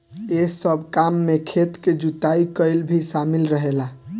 एह सब काम में खेत के जुताई कईल भी शामिल रहेला